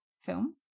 film